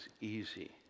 easy